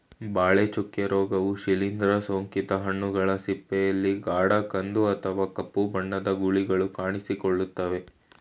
ಬಾಳೆ ಚುಕ್ಕೆ ರೋಗವು ಶಿಲೀಂದ್ರ ಸೋಂಕಿತ ಹಣ್ಣುಗಳ ಸಿಪ್ಪೆಯಲ್ಲಿ ಗಾಢ ಕಂದು ಅಥವಾ ಕಪ್ಪು ಬಣ್ಣದ ಗುಳಿಗಳು ಕಾಣಿಸಿಕೊಳ್ತವೆ